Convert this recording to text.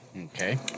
okay